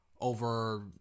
Over